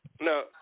no